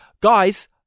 Guys